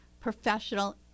professional